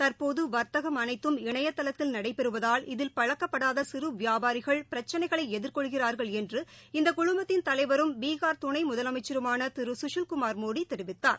தற்போதுவர்த்தகம் அனைத்தம் இணையதளத்தில் நடைபெறுவதால் இதில் பழக்கப்படாதசிறுவியாபாரிகள் பிரச்சினைகளைஎதிர்கொள்கிறார்கள் என்று இந்தகுழுமத்தின் தலைவரும் பீகார் துணைமுதலமைச்சருமானதிருசுசில்குமார் மோடிதெரிவித்தார்